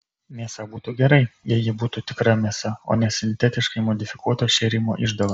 mėsa būtų gerai jei ji būtų tikra mėsa o ne sintetiškai modifikuoto šėrimo išdava